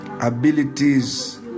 Abilities